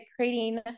creating